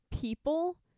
people